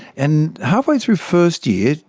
and halfway through first year,